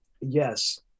Yes